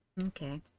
okay